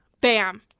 Bam